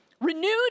Renewed